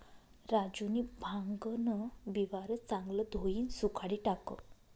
राजूनी भांगन बिवारं चांगलं धोयीन सुखाडी टाकं